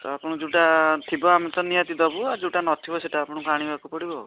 ତ ଆପଣ ଯେଉଁଟା ଥିବ ଆମେ ତ ନିହାତି ଦେବୁ ଆଉ ଯେଉଁଟା ନଥିବ ଆପଣଙ୍କୁ ସେଇଟା ଆଣିବାକୁ ପଡ଼ିବ ଆଉ